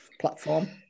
platform